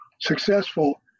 successful